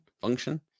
function